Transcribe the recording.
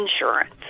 insurance